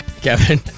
Kevin